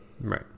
Right